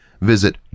visit